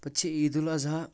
پتہٕ چھِ عید الاضحی